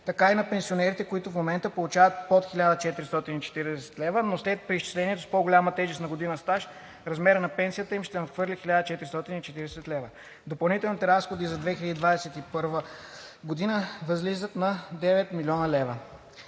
така и на пенсионерите, които в момента получават под 1440 лв., но след преизчислението с по-голямата тежест на година стаж, размерът на пенсията им ще надхвърли 1440 лв. Допълнителните разходи за 2021 г. възлизат на 9 000,0 хил.